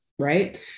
Right